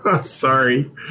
Sorry